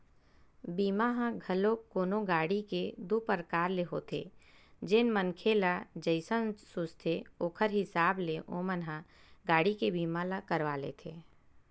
बीमा ह घलोक कोनो गाड़ी के दू परकार ले होथे जेन मनखे ल जइसन सूझथे ओखर हिसाब ले ओमन ह गाड़ी के बीमा ल करवा लेथे